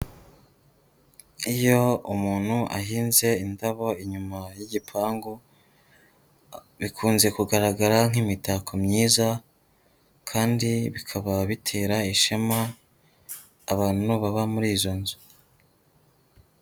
Iyo umuntu ahinze indabo inyuma y'igipangu, bikunze kugaragara nk'imitako myiza kandi bikaba bitera ishema abantu baba muri izo nzu.